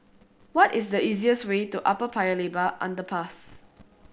what is the easiest way to Upper Paya Lebar Underpass